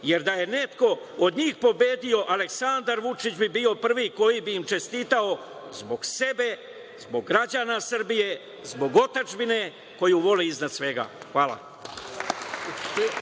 jer da je neko od njih pobedio Aleksandar Vučić bi bio prvi koji bi im čestitao, zbog sebe, zbog građana Srbije, zbog otadžbine koju voli iznad svega. Hvala.